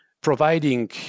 providing